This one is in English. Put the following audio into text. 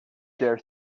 dare